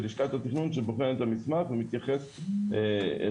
לשכת התכנון שבוחן את המסמך ומתייחס אליו.